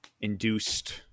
induced